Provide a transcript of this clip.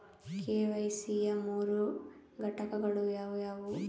KYC ಯ ಮೂರು ಘಟಕಗಳು ಯಾವುವು?